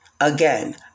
Again